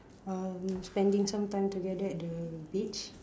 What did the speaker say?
um spending sometime together at the beach